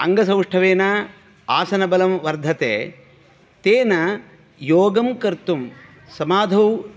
अङ्गसौष्ठवेन आसनबलं वर्धते तेन योगं कर्तुं समाधौ